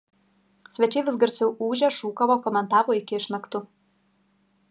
svečiai vis garsiau ūžė šūkavo komentavo iki išnaktų